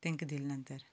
तांकां दिलें नंतर